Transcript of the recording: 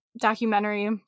documentary